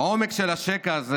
העומק של השקע הזה